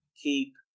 Keep